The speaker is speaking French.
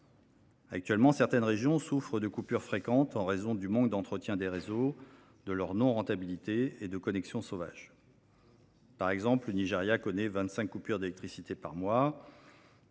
Actuellement, certaines régions souffrent de coupures fréquentes, en raison du manque d’entretien des réseaux, de leur non rentabilité et de connexions sauvages. Par exemple, le Nigéria connaît vingt cinq coupures d’électricité par mois.